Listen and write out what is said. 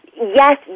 Yes